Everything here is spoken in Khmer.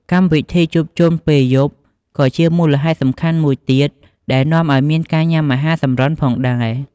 កម្មវិធីជួបជុំពេលយប់ ក៏ជាមូលហេតុសំខាន់មួយទៀតដែលនាំឱ្យមានការញ៉ាំអាហារសម្រន់ផងដែរ។